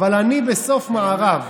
אבל אני בסוף מערב.